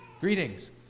greetings